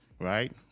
right